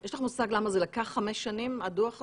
יש לך מושג למה לקח חמש שנים לחבר את הדוח הזה?